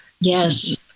Yes